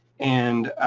and